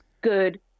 good